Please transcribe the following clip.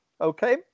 okay